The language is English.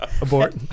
Abort